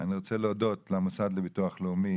אני רוצה להודות למוסד לביטוח לאומי